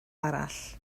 arall